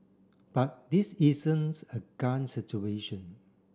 but this isn't a gun situation